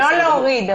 לא להוריד,